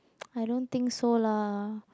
I don't think so lah